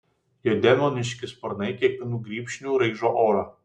jo demoniški sparnai kiekvienu grybšniu raižo orą